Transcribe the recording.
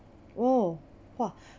oh !wah!